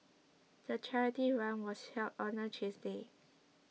the charity run was held on a Tuesday